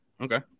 Okay